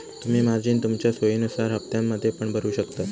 तुम्ही मार्जिन तुमच्या सोयीनुसार हप्त्त्यांमध्ये पण भरु शकतास